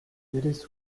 гэрээс